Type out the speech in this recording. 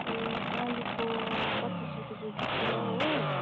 ए आलुको पच्चिस रुपियाँ केजी छ हो